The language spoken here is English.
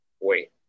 Wait